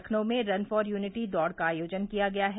लखनऊ में run for unity दौड़ का आयोजन किया गया है